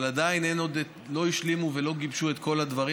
אבל עדיין לא השלימו ולא גיבשו את כל הדברים